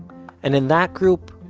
and in that group,